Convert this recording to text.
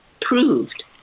proved